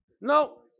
No